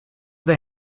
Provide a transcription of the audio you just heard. they